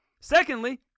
Secondly